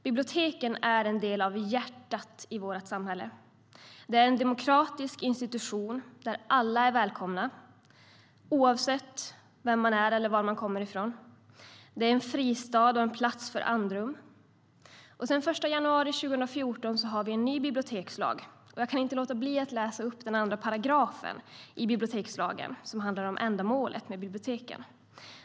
Biblioteken är en del av hjärtat i vårt samhälle. De är en demokratisk institution där alla är välkomna, oavsett vem man är eller var man kommer ifrån. Det är en fristad och en plats för andrum. Sedan den 1 januari 2014 har vi en ny bibliotekslag, och jag kan inte låta bli att läsa upp 2 § i bibliotekslagen, som handlar om ändamålet med biblioteken.